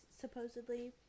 supposedly